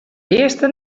earste